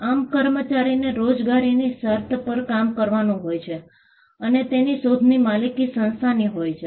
આમ કર્મચારીને રોજગારીની શર્ત પર કામ કરવાનું હોય છે અને તેની શોધની માલિકી સંસ્થાની હોય છે